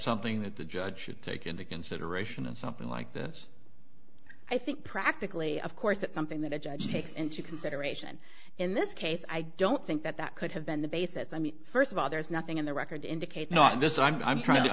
something that the judge should take into consideration and something like this i think practically of course that something that a judge takes into consideration in this case i don't think that that could have been the basis i mean first of all there's nothing in the record to indicate not this i'm i'm trying to